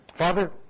Father